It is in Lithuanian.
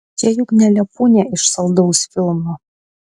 čia juk ne lepūnė iš saldaus filmo